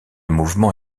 mouvement